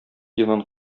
йонын